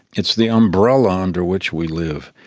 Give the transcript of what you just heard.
it's the umbrella under which we live.